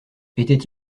était